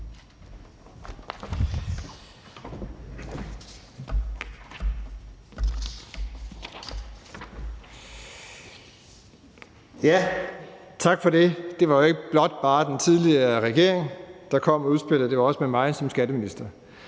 Tak for det. Det var jo ikke blot den tidligere regering, der kom med udspillet, det var også med mig som skatteminister.